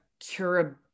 curability